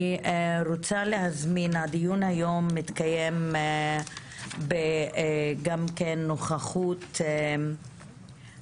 אנחנו היום מקיימים את הדיון בהשתתפות ד"ר גיל לימון,